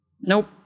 Nope